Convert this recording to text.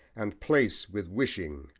and place with wishing,